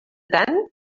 tant